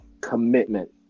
commitment